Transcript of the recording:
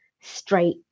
straight